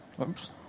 Oops